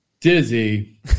Dizzy